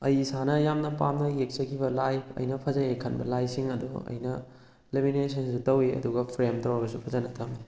ꯑꯩ ꯏꯁꯥꯅ ꯌꯥꯝꯅ ꯄꯥꯝꯅ ꯌꯦꯛꯆꯈꯤꯕ ꯂꯥꯏ ꯑꯩꯅ ꯐꯖꯩꯌꯦ ꯈꯟꯕ ꯂꯥꯏꯁꯤꯡ ꯑꯗꯣ ꯑꯩꯅ ꯂꯦꯃꯤꯅꯦꯁꯟꯁꯨ ꯇꯧꯏ ꯑꯗꯨꯒ ꯐ꯭ꯔꯦꯝ ꯇꯧꯔꯒꯁꯨ ꯐꯖꯅ ꯊꯝꯃꯤ